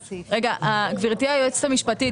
גבירתי היועצת המשפטית,